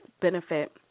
benefit